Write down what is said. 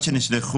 נוער עובד,